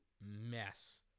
mess